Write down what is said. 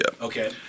Okay